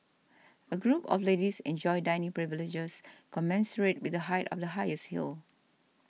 a group of ladies enjoys dining privileges commensurate with the height of the highest heel